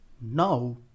Now